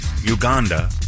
Uganda